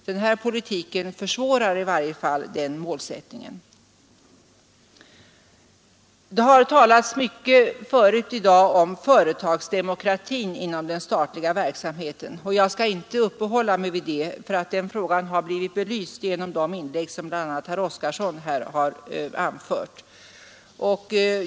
Den här politiken försvårar i varje fall den målsättningen. Det har tidigare i dag talats mycket om företagsdemokrati inom den statliga verksamheten. Jag skall inte uppehålla mig vid den frågan därför att den har blivit belyst i bl.a. herr Oskarsons inlägg.